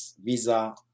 visa